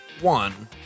one